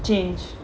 change